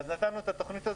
אז נתנו את התכנית הזאת,